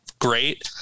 great